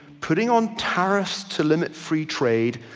putting on tariffs to limit free trade,